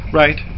right